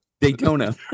Daytona